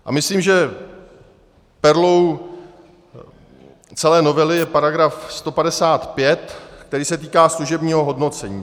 A myslím, že perlou celé novely je § 155, který se týká služebního hodnocení.